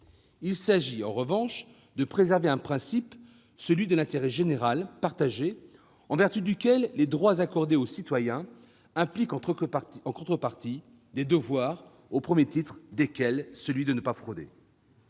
Il s'agit, en revanche, de préserver un principe : l'intérêt général, en vertu duquel les droits accordés au citoyen impliquent en contrepartie des devoirs, au premier rang desquels celui de ne pas frauder.